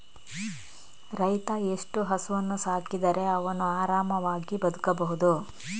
ರೈತ ಎಷ್ಟು ಹಸುವನ್ನು ಸಾಕಿದರೆ ಅವನು ಆರಾಮವಾಗಿ ಬದುಕಬಹುದು?